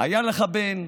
היה לך בן,